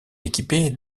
équipée